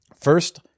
First